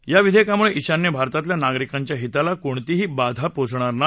या विधेयकामुळे ईशान्य भारतातल्या नागरिकांच्या हिताला कोणतीही बाधा पोचणार नाही